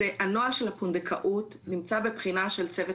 הנוהל של הפונדקאות נמצא בבחינה של צוות